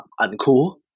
uncool